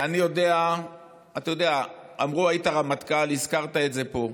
אתה יודע, אמרו שהיית רמטכ"ל, הזכרת את זה פה.